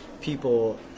people